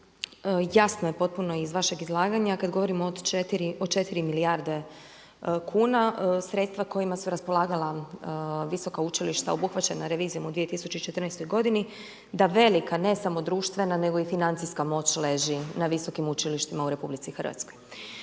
jasno je potpuno iz vašeg izlaganja kad govorimo o 4 milijarde kuna sredstva kojima su raspolagala visoka učilišta obuhvaćena revizijom u 2014. godini da velika ne samo društvena nego i financijska moć leži na visokim učilištima u RH.